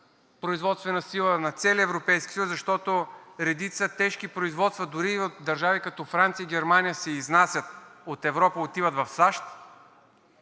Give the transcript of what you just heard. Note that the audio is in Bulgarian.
производствена сила на целия Европейски съюз, защото редица тежки производства, дори в държави, като Франция и Германия, се изнасят от Европа, отиват в САЩ,